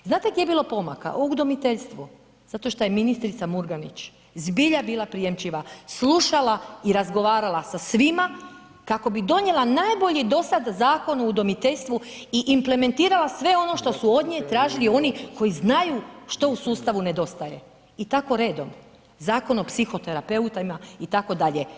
Znate gdje je bilo pomaka, u udomiteljstvu, zato što je ministrica Murganić zbilja bila prijemčiva, slušala i razgovarala sa svima kako bi donijela najbolji dosada zakon u udomiteljstvu i implementirala sve ono što su od nje tražili oni što u sustavu nedostaje i tako redom, Zakon o psihoterapeutima itd.